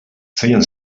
feien